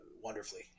wonderfully